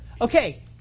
okay